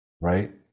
right